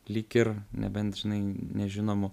lyg ir nebent žinai nežinomų